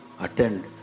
attend